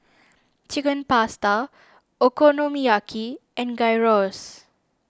Chicken Pasta Okonomiyaki and Gyros